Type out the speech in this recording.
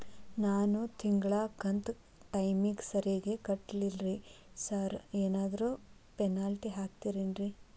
ನಾನು ತಿಂಗ್ಳ ಕಂತ್ ಟೈಮಿಗ್ ಸರಿಗೆ ಕಟ್ಟಿಲ್ರಿ ಸಾರ್ ಏನಾದ್ರು ಪೆನಾಲ್ಟಿ ಹಾಕ್ತಿರೆನ್ರಿ?